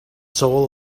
soul